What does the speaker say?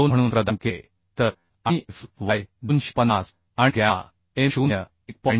52 म्हणून प्रदान केले तर आणि Fy वाय 250 आणि गॅमा M 0 1